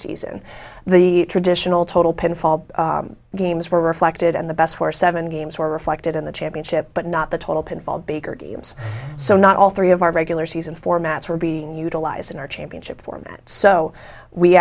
season the traditional total pinfall games were reflected and the best for seven games were reflected in the championship but not the total pinfall baker games so not all three of our regular season formats were being utilised in our championship format so we